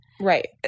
Right